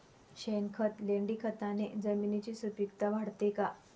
शेणखत, लेंडीखताने जमिनीची सुपिकता वाढते का?